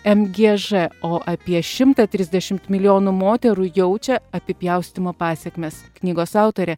m g ž o apie šimtą trisdešimt milijonų moterų jaučia apipjaustymo pasekmes knygos autorė